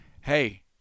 hey